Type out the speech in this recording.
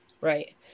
Right